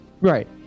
right